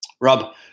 Rob